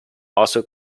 also